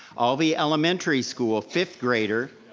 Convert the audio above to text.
alvey elementary school fifth grader,